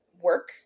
work